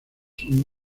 son